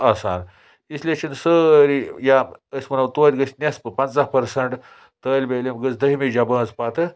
آسان اسلیے چھِنہٕ سٲری یا أسۍ وَنو توتہِ گژھِ نٮ۪صفہٕ پنٛژاہ پٔرسَنٛٹ طٲلبہٕ علم گژھِ دٔہِمہِ جماژ پَتہٕ